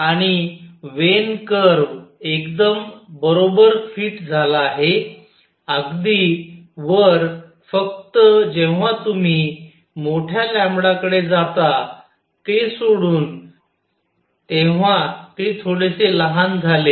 आणि Wien curve एकदम बरोबर फिट झाला आहे अगदी वर फक्त जेव्हा तुम्ही मोठ्या लॅम्बडा कडे जाता ते सोडून तेव्हा ते थोडेसे लहान झाले